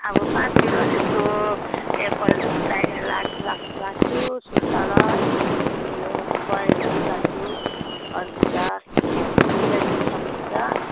अब पाँच किलो जस्तो एप्पल चाहिएला लाक लाक लान्छु सुन्तला उयो बयरहरू लान्छु खरबुजा त्यसको मिलाइदिनु सक्नुहुन्छ